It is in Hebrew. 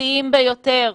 הבסיסיים ביותר,